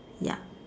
ya